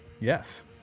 yes